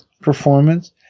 performance